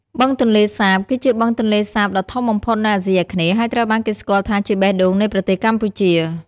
បឹងទន្លេសាប គឺជាបឹងទឹកសាបដ៏ធំបំផុតនៅអាស៊ីអាគ្នេយ៍ ហើយត្រូវបានគេស្គាល់ថាជាបេះដូងនៃប្រទេសកម្ពុជា។